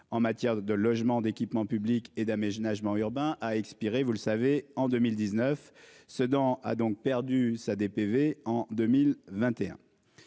En matière de logement, d'équipements publics et d'aménagement urbain a expiré. Vous le savez en 2019. Sedan a donc perdu sa DPV en 2021.